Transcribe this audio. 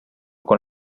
con